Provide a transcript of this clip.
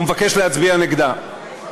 הוא מבקש להצביע נגדה.